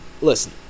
listen